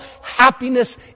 happiness